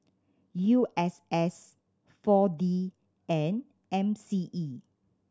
U S S Four D and M C E